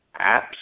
apps